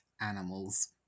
animal's